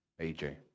AJ